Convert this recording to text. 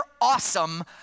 awesome